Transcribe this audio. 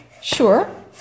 Sure